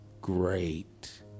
great